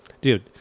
dude